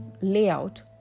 layout